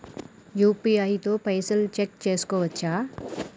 UPI తో పైసల్ check చేసుకోవచ్చా?